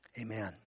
Amen